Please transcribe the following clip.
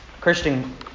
Christian